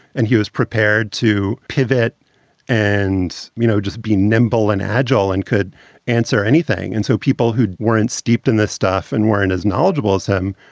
and he was prepared to pivot and, you know, just be nimble and agile and could answer anything. and so people who weren't steeped in this stuff and weren't as knowledgeable as him.